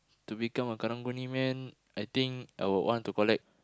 to become a Karang-Guni man I think I would want to collect